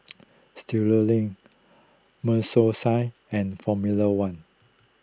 Studioline and formula one